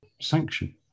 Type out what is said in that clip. sanction